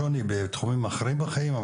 שוני בתחומים אחרים בחיים,